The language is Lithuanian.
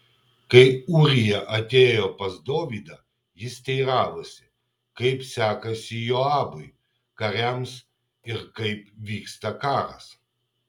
kai ūrija atėjo pas dovydą jis teiravosi kaip sekasi joabui kariams ir kaip vyksta karas